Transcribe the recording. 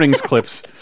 clips